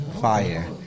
fire